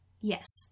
Yes